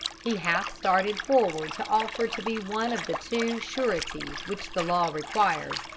he half started forward to offer to be one of the two sureties which the law required,